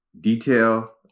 detail